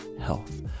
health